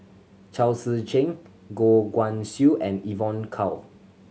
Chao Tzee Cheng Goh Guan Siew and Evon Kow